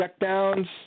checkdowns